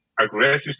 aggressive